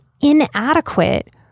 inadequate